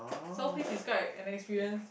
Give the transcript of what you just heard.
so please describe an experience